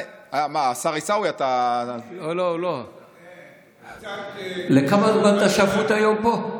השר עיסאווי, אתה, לכמה זמן אתה שפוט היום פה?